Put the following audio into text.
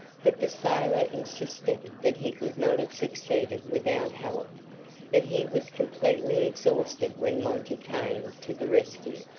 but the sailor insisted that he could not have succeeded without help that he was completely exhausted when monty came to the rescue.